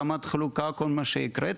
ברמת חלוקה וכול מה שהקראת.